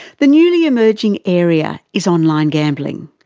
the newly emerging area is online gambling.